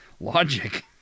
logic